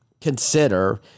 consider